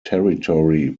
territory